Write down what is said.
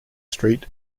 street